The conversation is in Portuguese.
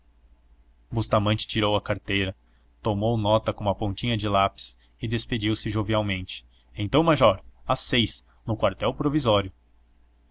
não bustamante tirou a carteira tomou nota com uma pontinha de lápis e despediu-se jovialmente então major às seis no quartel provisório